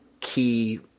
key